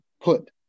put